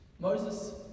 Moses